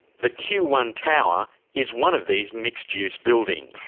the q one tower is one of these mixed-use buildings.